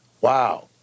wow